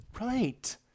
right